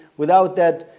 without that,